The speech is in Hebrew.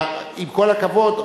עם כל הכבוד,